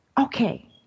okay